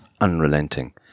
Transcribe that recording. unrelenting